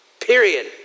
period